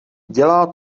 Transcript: dělá